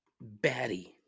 Batty